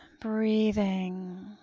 Breathing